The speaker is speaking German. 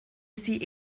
sie